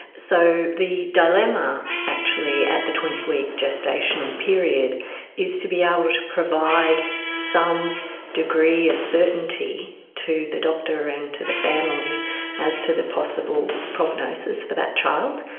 so the dilemma actually at the twenty week gestational period is to be able to to provide some degree of certainty to the doctor and to the family as to the possible prognosis for that child,